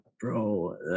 bro